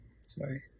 Sorry